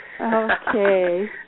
Okay